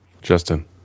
Justin